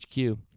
HQ